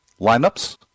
lineups